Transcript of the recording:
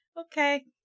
Okay